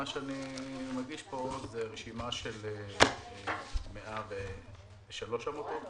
מה שאני מגיש פה זו רשימה של 103 עמותות,